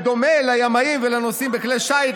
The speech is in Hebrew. בדומה לימאים ולנוסעים בכלי השיט,